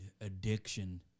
addiction